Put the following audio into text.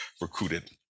recruited